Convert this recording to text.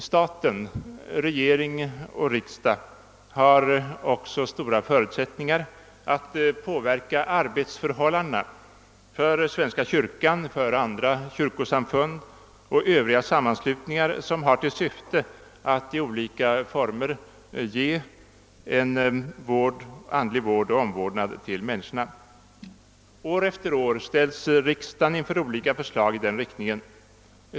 Staten, regering och riksdag har också stora förutsättningar att påverka arbetsförhållandena för svenska kyrkan, för andra kyrkosamfund och övriga sammanslutningar som har till syfte att i olika former ge människorna andlig vård och omvårdnad. År efter år ställs riksdagen inför olika förslag i den riktningen.